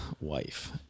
wife